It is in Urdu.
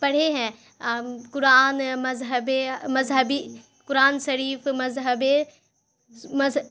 پڑھے ہیں قرآن مذہب مذہبی قرآن شریف مذہب